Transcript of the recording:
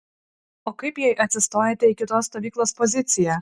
o kaip jei atsistojate į kitos stovyklos poziciją